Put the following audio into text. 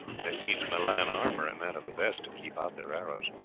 and it needs milan armour, and that of the best, keep out their arrows.